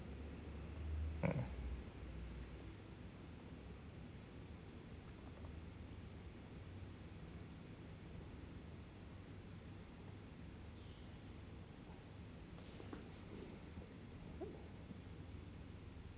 mm